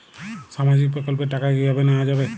সামাজিক প্রকল্পের টাকা কিভাবে নেওয়া যাবে?